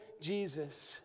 Jesus